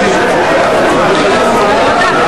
נתקבל.